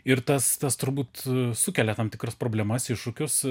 ir tas tas turbūt sukelia tam tikras problemas iššūkius